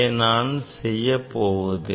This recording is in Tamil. நான் அதை செய்யப் போவதில்லை